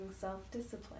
self-discipline